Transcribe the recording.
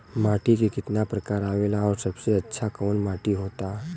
माटी के कितना प्रकार आवेला और सबसे अच्छा कवन माटी होता?